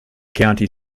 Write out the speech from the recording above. county